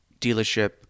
dealership